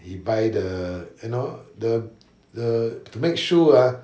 he buy the you know the the to make shoe ah